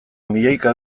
milioika